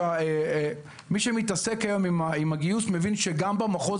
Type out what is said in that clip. מי שמתעסק היום עם הגיוס מבין שגם במחוז